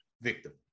victim